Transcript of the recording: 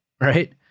right